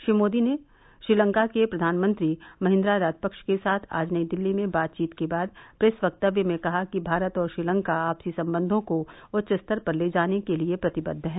श्री मोदी ने श्रीलंका के प्रधानमंत्री महिन्दा राजपक्ष के साथ आज नई दिल्ली में बातचीत के बाद प्रेस वक्तव्य में कहा कि भारत और श्रीलंका आपसी संबंधों को उच्च स्तर पर ले जाने के लिए प्रतिबद्ध है